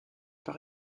par